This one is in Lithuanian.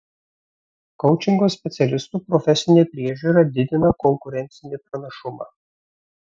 koučingo specialistų profesinė priežiūra didina konkurencinį pranašumą